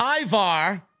Ivar